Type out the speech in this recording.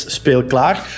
speelklaar